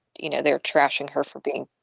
you know, they're trashing her for being,